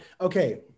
okay